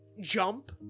jump